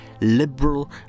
liberal